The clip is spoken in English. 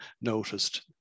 noticed